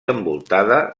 envoltada